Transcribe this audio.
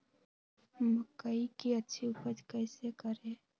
मकई की अच्छी उपज कैसे करे?